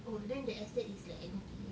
oh then the estate is like empty